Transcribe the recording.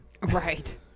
Right